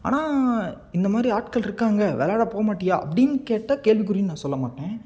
ஆனால் இந்த மாதிரி ஆட்கள் இருக்காங்க விளையாட போகமாட்டியா அப்படின்னு கேட்டால் கேள்விக்குறின்னு நான் சொல்ல மாட்டேன்